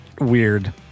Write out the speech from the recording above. weird